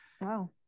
wow